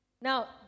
Now